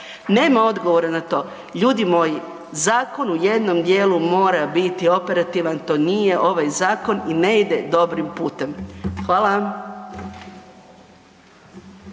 Nema odgovora na to. Ljudi moji, zakon u jednom djelu mora biti operativan, to nije ovaj zakon i ne ide dobrim putem. Hvala.